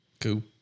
Cool